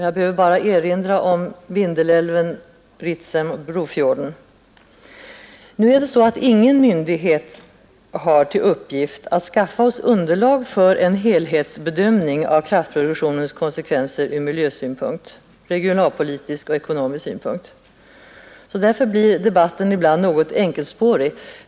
Jag behöver bara erinra om Vindelälven, Ritsem och Brofjorden. Ingen myndighet har emellertid till uppgift att ge oss underlag för en helhetsbedömning av kraftproduktionens konsekvenser ur miljösynpunkt eller regionalpolitisk och ekonomisk synpunkt. Därför blir debatten ibland något enkelspårig.